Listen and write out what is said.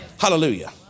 Hallelujah